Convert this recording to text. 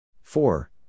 Four